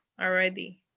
already